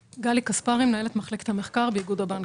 אני מנהלת מחלקת המחקר באיגוד הבנקים.